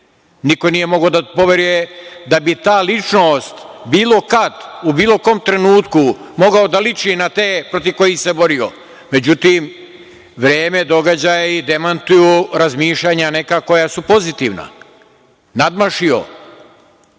Niko nije mogao da poveruje da bi ta ličnost bilo kad, u bilo kom trenutku mogao da liči na te protiv kojih se borio. Međutim, vreme i događaji demantuju razmišljanja neka koja su pozitivna. Nadmašio,